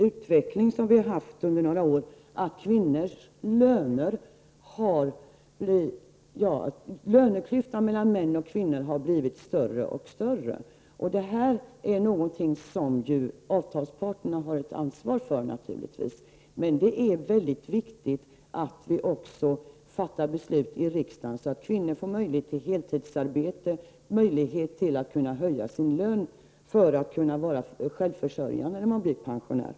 Utvecklingen har varit dålig under några år, och löneklyftan mellan män och kvinnor har blivit större och större. Detta är naturligtvis någonting som avtalsparterna har ett ansvar för, men det är mycket viktigt att vi också i riksdagen fattar beslut så att kvinnor får möjlighet till heltidsarbete och möjlighet att höja sin lön för att kunna vara självförsörjande när de blir pensionerade.